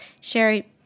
Sherry